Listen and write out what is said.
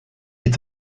est